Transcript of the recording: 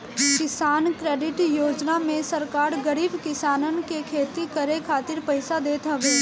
किसान क्रेडिट योजना में सरकार गरीब किसानन के खेती करे खातिर पईसा देत हवे